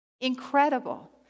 incredible